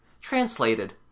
Translated